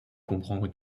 comprendre